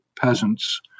peasants